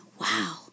wow